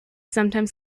sometimes